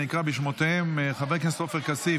אני אקרא בשמותיהם: חבר הכנסת עופר כסיף,